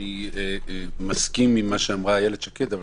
אני מסכים עם מה שאמרה איילת שקד אבל